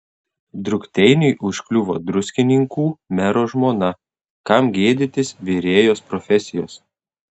drukteiniui užkliuvo druskininkų mero žmona kam gėdytis virėjos profesijos